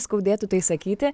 skaudėtų tai sakyti